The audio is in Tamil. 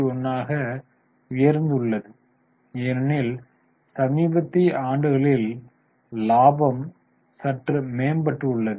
41 ஆக உயர்ந்துள்ளது ஏனெனில் சமீபத்திய ஆண்டுகளில் லாபம் சற்று மேம்பட்டுள்ளது